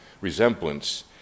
resemblance